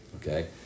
Okay